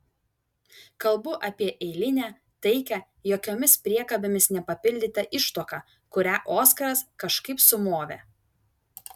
kalbu apie eilinę taikią jokiomis priekabėmis nepapildytą ištuoką kurią oskaras kažkaip sumovė